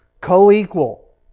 co-equal